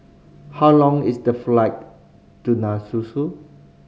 how long is the flight to Nassau